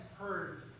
heard